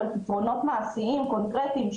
אבל פתרונות מעשיים וקונקרטיים,